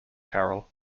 carol